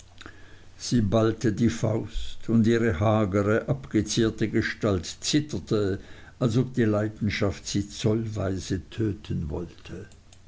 sie ballte die faust und ihre hagere abgezehrte gestalt zitterte als ob die leidenschaft sie zollweise töten wollte